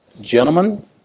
Gentlemen